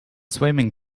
swimming